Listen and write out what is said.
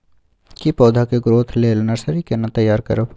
की पौधा के ग्रोथ लेल नर्सरी केना तैयार करब?